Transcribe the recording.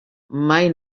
mai